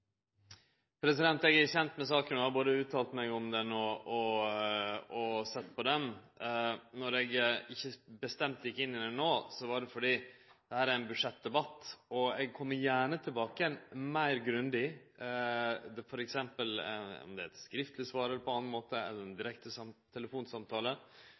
det. Eg er kjent med saka og har både uttalt meg om og sett på ho. Men når eg ikkje bestemt gjekk inn i ho no, var det fordi dette er ein budsjettdebatt. Eg kjem gjerne meir grundig tilbake med f.eks. eit skriftleg svar, ein direkte telefonsamtale eller på annan måte